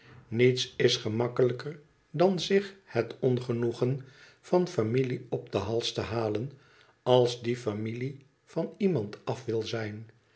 niets is gemakkelijker dan zich het ongenoegen van iamihe op den hals te halen als die familie van iemand af wil zijn